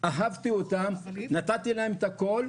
אהבתי אותם, נתתי להם הכול,